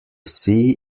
sea